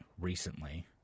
recently